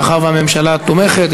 מאחר שהממשלה תומכת,